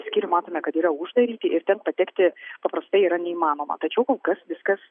skyrių matome kad yra uždaryti ir ten patekti paprastai yra neįmanoma tačiau kol kas viskas